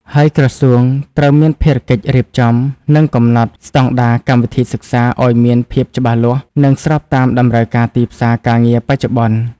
ហើយក្រសួងត្រូវមានភារកិច្ចរៀបចំ និងកំណត់ ស្តង់ដារកម្មវិធីសិក្សា ឱ្យមានភាពច្បាស់លាស់ និងស្របតាមតម្រូវការទីផ្សារការងារបច្ចុប្បន្ន។